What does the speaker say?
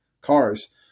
cars